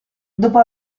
dopo